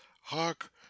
Hark